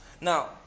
now